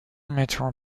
meteor